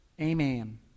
amen